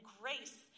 grace